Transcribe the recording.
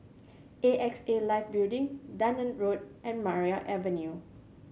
A X A Life Building Dunearn Road and Maria Avenue